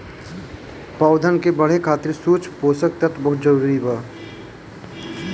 पौधन के बढ़े खातिर सूक्ष्म पोषक तत्व बहुत जरूरी बा